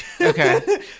Okay